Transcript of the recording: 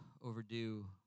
overdue